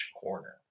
Corner